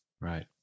Right